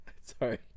Sorry